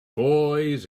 boys